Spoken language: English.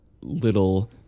little